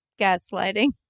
gaslighting